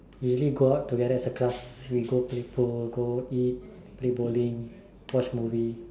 really go out together as a class we go play pool go eat play bowling watch movie